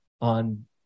on